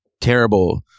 Terrible